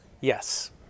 Yes